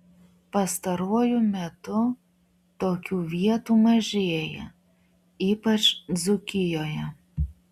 pastaruoju metu tokių vietų mažėja ypač dzūkijoje